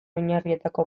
oinarrietako